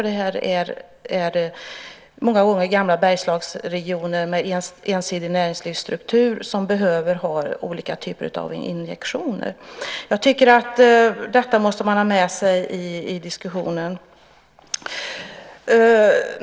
Det är många gånger gamla Bergslagsregioner med ensidig näringslivsstruktur som behöver ha olika typer av injektioner. Det måste man ha med sig i diskussionen.